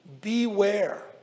beware